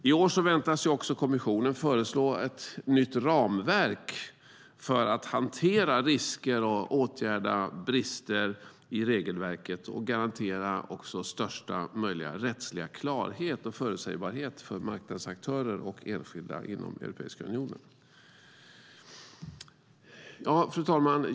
I år väntas också kommissionen föreslå ett nytt ramverk för att hantera risker och åtgärda brister i regelverket och garantera största möjliga rättsliga klarhet och förutsägbarhet för marknadens aktörer och enskilda inom Europeiska unionen. Fru talman!